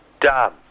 done